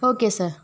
okay sir